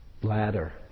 bladder